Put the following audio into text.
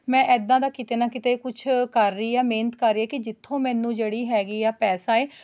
ਮੈਂ ਇੱਦਾਂ ਦਾ ਕਿਤੇ ਨਾ ਕਿਤੇ ਕੁਛ ਕਰ ਰਹੀ ਹਾਂ ਮਿਹਨਤ ਕਰ ਰਹੀ ਹਾਂ ਕਿ ਜਿੱਥੋਂ ਮੈਨੂੰ ਜਿਹੜੀ ਹੈਗੀ ਆ ਪੈਸਾ ਹੈ